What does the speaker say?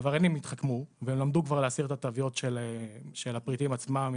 העבריינים התחכמו והם למדו כבר להסיר את התוויות של הפריטים עצמם,